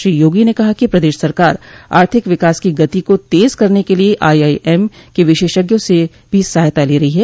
श्री योगी ने कहा कि प्रदेश सरकार आर्थिक विकास की गति को तेज करने के लिये आईआईएम के विशेषज्ञों से भी सहायता ले रही है